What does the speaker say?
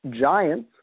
Giants